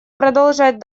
продолжать